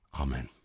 Amen